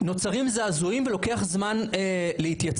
נוצרים זעזועים ולוקח זמן להתייצב.